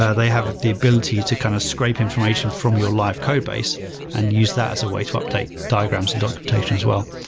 ah they have the ability to kind of scape information from your live codebase and use that as a way to update diagrams and documentation as well.